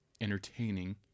entertaining